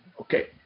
Okay